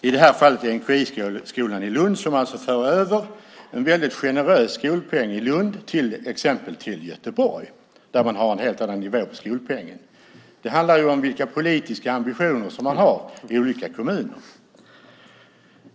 I det här fallet gäller det NKI-skolan i Lund som för över en generös skolpeng i Lund till exempelvis Göteborg, där man har en helt annan nivå på skolpengen. Det handlar ju om vilka politiska ambitioner man har i olika kommuner.